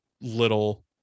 little